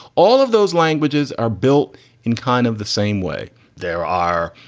all of those languages are built in kind of the same way there are,